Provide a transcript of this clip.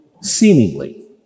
Seemingly